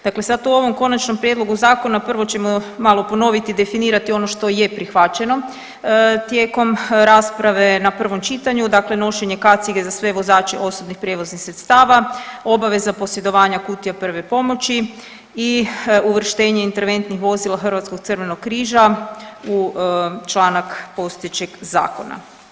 Dakle, sad u ovom konačnom prijedlogu zakona prvo ćemo malo ponoviti i definirati ono što je prihvaćeno tijekom rasprave na prvom čitanju, dakle nošenje kacige za sve vozače osobnih prijevoznih sredstava, obaveza posjedovanja kutija prve pomoći i uvrštenje interventnih vozila Hrvatskog crvenog križa u članak postojećeg zakona.